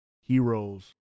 heroes